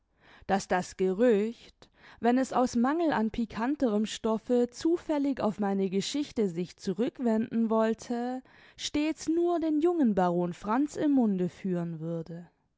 daß das gerücht wenn es aus mangel an pikanterem stoffe zufällig auf meine geschichte sich zurückwenden wollte stets nur den jungen baron franz im munde führen würde